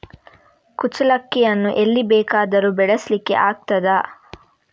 ಕುಚ್ಚಲಕ್ಕಿಯನ್ನು ಎಲ್ಲಿ ಬೇಕಾದರೂ ಬೆಳೆಸ್ಲಿಕ್ಕೆ ಆಗ್ತದ?